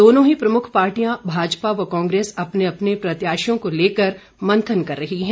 दोनों ही प्रमुख पार्टियां भाजपा व कांग्रेस अपने अपने प्रत्याशियों को लेकर मंथन कर रही हैं